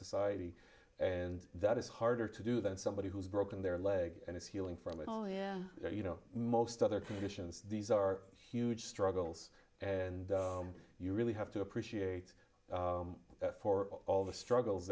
society and that is harder to do than somebody who's broken their leg and is healing from it oh yeah you know most other conditions these are huge struggles and you really have to appreciate all the struggles